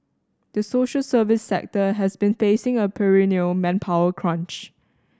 the social service sector has been facing a perennial manpower crunch